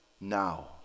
now